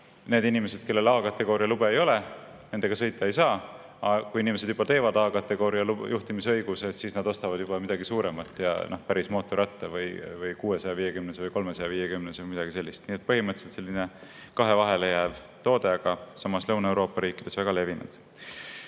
need inimesed, kellel A-kategooria luba ei ole, nendega sõita ei saa. Aga kui inimesed teevad A-kategooria juhtimisõiguse eksami, siis nad ostavad juba midagi suuremat, päris mootorratta, 650cc või 350cc või midagi sellist. Nii et põhimõtteliselt selline kahe vahele jääv toode, aga samas Lõuna-Euroopa riikides väga levinud.